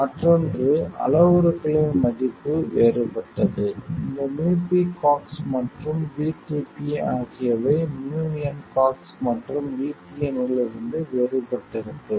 மற்றொன்று அளவுருக்களின் மதிப்பு வேறுபட்டது இந்த µpCox மற்றும் VTP ஆகியவை µnCox மற்றும் VTN இலிருந்து வேறுபட்டிருக்கலாம்